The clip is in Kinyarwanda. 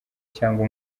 cyangwa